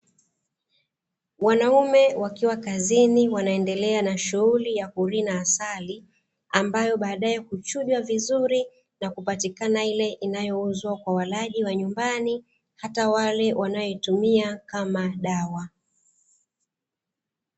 Wanaume wakiwa kazini wanaendelea na shughuli ya kurina asali. Ambayo baadaye huchujwa vizuri na kupatikana ile inayouzwa kwa walaji wa nyumbani, hata wale wanaoitumia kama dawa.